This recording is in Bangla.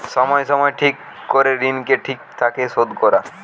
সময় সময় ঠিক করে ঋণকে ঠিক থাকে শোধ করা